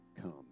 come